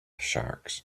sharks